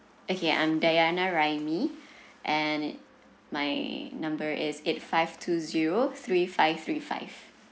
okay I'm dayana raimi and my number is eight five two zero three five three five